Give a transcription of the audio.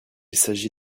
s’agit